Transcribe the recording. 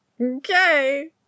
Okay